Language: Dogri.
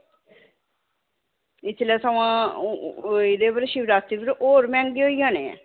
इसलै सगुआं एह्दे उप्पर शिवरात्री उप्पर होर मैंह्गे होई जाने ऐ